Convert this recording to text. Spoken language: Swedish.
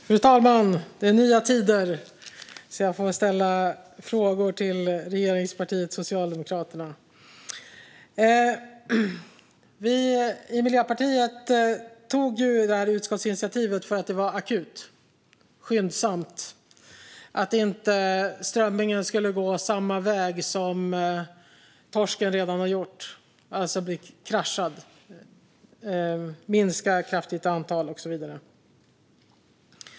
Fru talman! Det är nya tider, så jag får ställa frågor till regeringspartiet Socialdemokraterna. Vi i Miljöpartiet lade fram vårt förslag till utskottsinitiativ för att det var akut. Vi måste skyndsamt göra något för att inte strömmingen skulle gå samma väg som torsken redan har gjort, alltså bli kraschad, minska kraftigt i antal och så vidare.